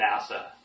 NASA